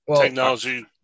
Technology